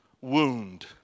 wound